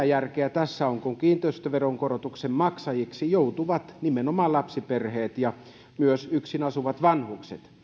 järkeä tässä on kun kiinteistöveron korotuksen maksajiksi joutuvat nimenomaan lapsiperheet ja myös yksinasuvat vanhukset